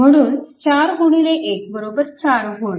म्हणून 41 4V